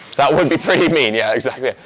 that would be pretty mean yeah exactly.